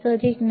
1 2